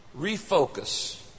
Refocus